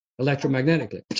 electromagnetically